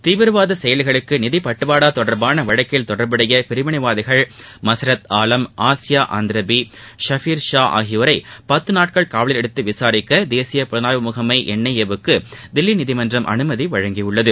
தீவிரவாத செயல்களுக்கு நிதி பட்டுவாாடா தொடர்பான வழக்கில் தொடர்புடைய பிரிவினைவாதிகள் மசரத் ஆலம் ஆசியா ஆந்திரபி ஷபீர் ஷா ஆகியோரை பத்து நாட்கள் காவலில் எடுத்து விசாரிக்க தேசிய புலனாய்வு முகமை என் ஐ ஏ வுக்கு தில்லி நீதிமன்றம் அனுமதி அளித்துள்ளது